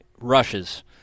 rushes